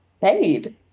paid